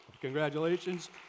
congratulations